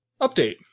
update